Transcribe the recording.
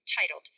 titled